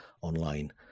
online